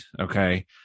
Okay